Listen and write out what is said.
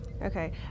Okay